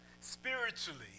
Spiritually